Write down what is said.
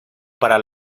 para